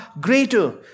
greater